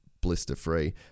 blister-free